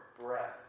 breath